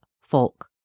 Folk